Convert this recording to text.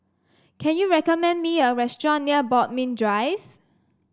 can you recommend me a restaurant near Bodmin Drive